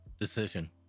decision